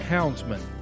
Houndsman